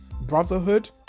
Brotherhood